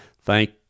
Thank